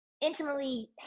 intimately